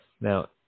Now